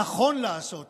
אז אני רוצה לדבר,